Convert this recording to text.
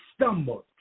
stumbled